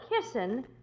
kissing